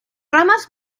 ramas